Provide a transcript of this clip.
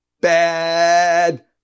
bad